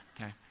Okay